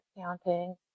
counting